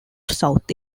south